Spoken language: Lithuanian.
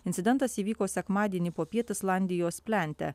incidentas įvyko sekmadienį popiet islandijos plente